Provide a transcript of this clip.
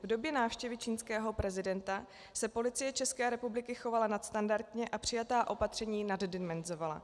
V době návštěvy čínského prezidenta se Policie České republiky chovala nadstandardně a přijatá opatření naddimenzovala.